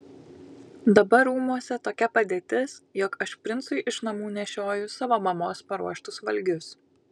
dabar rūmuose tokia padėtis jog aš princui iš namų nešioju savo mamos paruoštus valgius